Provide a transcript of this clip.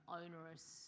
onerous